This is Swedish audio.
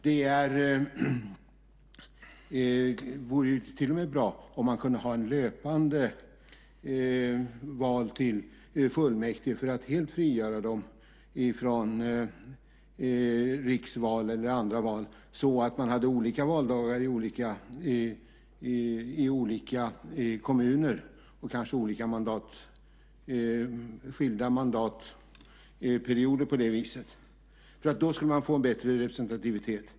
Det vore till och med bra om man kunde ha löpande val till fullmäktige, för att helt frigöra dem från riksval eller andra val, så att man hade olika valdagar i olika kommuner och kanske skilda mandatperioder. Då skulle man få en bättre representativitet.